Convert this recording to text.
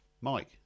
mike